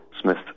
Smith